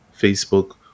Facebook